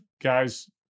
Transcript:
guys